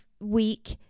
week